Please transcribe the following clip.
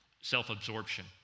self-absorption